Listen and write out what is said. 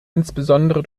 insbesondere